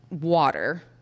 water